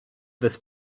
this